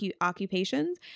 occupations